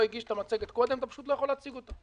הגיש את המצגת קודם: אתה פשוט לא יכול להציג אותה.